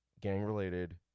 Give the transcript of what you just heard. gang-related